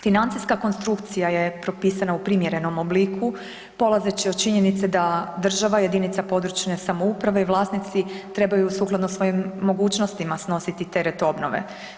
Financijska konstrukcija je propisana u primjerenom obliku polazeći od činjenice da država, jedinica područne samouprave i vlasnici trebaju sukladno svojim mogućnostima snositi teret obnove.